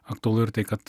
aktualu ir tai kad